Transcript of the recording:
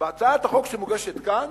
בהצעת החוק שמוגשת כאן,